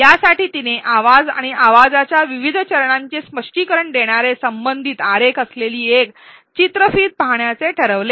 यासाठी तिने आवाज आणि आवाजाच्या विविध चरणांचे स्पष्टीकरण देणारे संबंधित आरेख असलेली एक चित्रफीत पहाण्याचे ठरविले